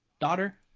daughter